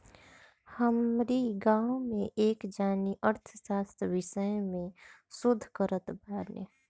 हमरी गांवे में एक जानी अर्थशास्त्र विषय में शोध करत बाने